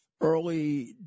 early